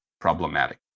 problematic